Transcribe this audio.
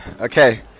Okay